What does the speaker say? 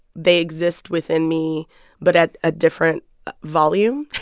they exist within me but at a different volume.